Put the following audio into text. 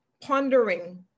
pondering